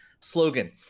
slogan